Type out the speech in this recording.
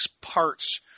parts